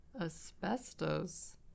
asbestos